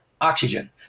oxygen